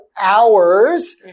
hours